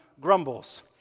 grumbles